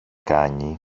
κάνει